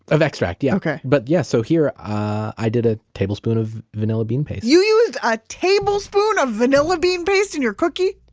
of extract. yeah but yeah. so, here, i did a tablespoon of vanilla bean paste you used a tablespoon of vanilla bean paste in your cookie?